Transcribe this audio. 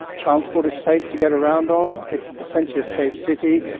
transport is safe to get around on, it's essentially a safe city.